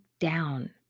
down